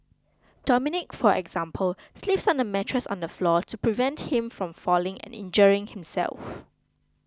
Dominic for example sleeps on a mattress on the floor to prevent him from falling and injuring himself